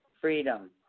freedom